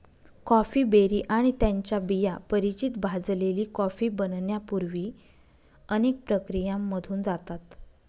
coffee berry आणि त्यांच्या बिया परिचित भाजलेली कॉफी बनण्यापूर्वी अनेक प्रक्रियांमधून जातात